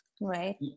Right